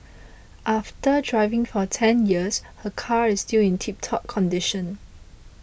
after driving for ten years her car is still in tiptop condition